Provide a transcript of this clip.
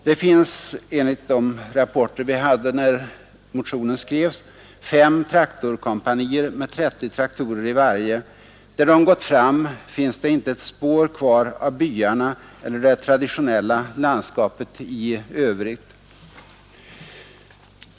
Det finns enligt de rapporter vi hade när motionen skrevs fem traktorkompanier med 30 traktorer i varje. Där de gått fram finns inte ett spår kvar av byarna eller av det traditionella landskapet i övrigt.